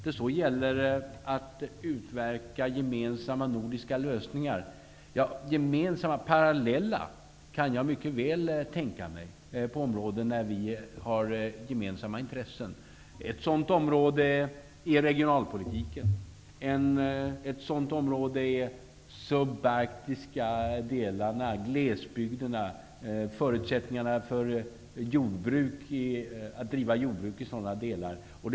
Jag kan mycket väl tänka mig att utverka gemensamma parallella nordiska lösningar på områden där vi har gemensamma intressen. Ett sådant område är regionalpolitiken. Ett annat sådant område är förutsättningarna för att driva jordbruk i subarktiska delar och i glesbygd.